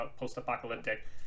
post-apocalyptic